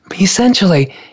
Essentially